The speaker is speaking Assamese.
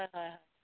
হয় হয় হয়